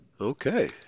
Okay